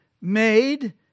made